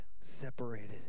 separated